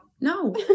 No